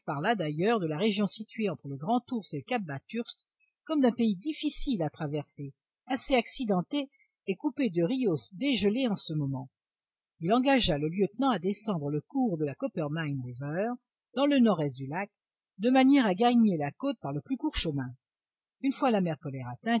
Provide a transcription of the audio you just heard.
d'ailleurs de la région située entre le grand ours et le cap bathurst comme d'un pays difficile à traverser assez accidenté et coupé de rios dégelés en ce moment il engagea le lieutenant à descendre le cours de la coppermine river dans le nord-est du lac de manière à gagner la côte par le plus court chemin une fois la mer